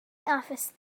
office